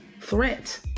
threat